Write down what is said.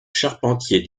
charpentier